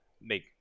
make